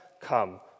come